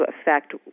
affect